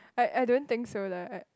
I I don't think so lah I